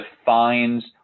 defines